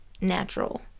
natural